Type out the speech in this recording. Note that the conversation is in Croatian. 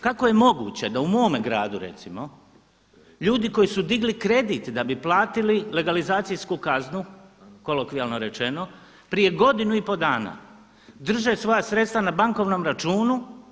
Kako je moguće da u mome gradu recimo ljudi koji su digli kredit da bi platili legalizacijsku kaznu, kolokvijalno rečeno, prije godinu i pol dana drže svoja sredstva na bankovnom računu.